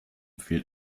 fehlt